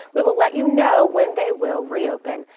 we will let you know when they will re-open.